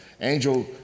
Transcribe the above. Angel